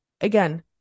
Again